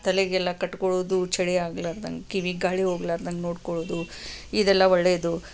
ತಲೆಗೆಲ್ಲ ಕಟ್ಕೋಳೋದು ಚಳಿ ಆಗ್ಲಾರ್ದಂಗ ಕಿವಿಗೆ ಗಾಳಿ ಹೋಗ್ಲಾರ್ದಂಗ ನೋಡ್ಕೊಳ್ಳೋದು ಇದೆಲ್ಲ ಒಳ್ಳೆಯದು